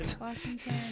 Washington